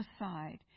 aside